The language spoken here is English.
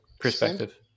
perspective